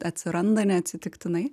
atsiranda neatsitiktinai